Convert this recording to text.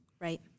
Right